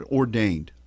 ordained